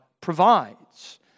provides